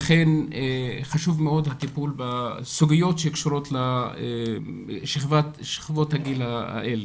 ולכן חשוב מאוד הטיפול בסוגיות שקשורות לשכבות הגיל האלה.